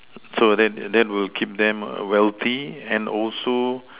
so that that will keep them wealthy and also